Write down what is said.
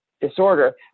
disorder